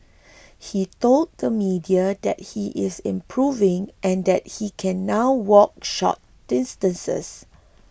he told the media that he is improving and that he can now walk short distances